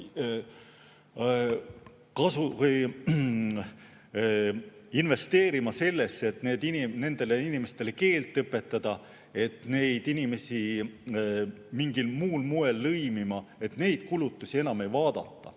investeerima sellesse, et nendele inimestele keelt õpetada, et neid inimesi mingil muul moel lõimida, neid kulutusi enam ei vaadata.